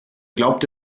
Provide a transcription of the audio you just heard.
glaubte